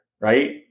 right